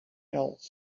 else